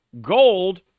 gold